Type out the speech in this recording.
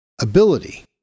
ability